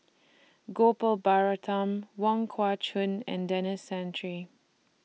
Gopal Baratham Wong Kah Chun and Denis Santry